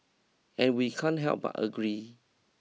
and we can't help but agree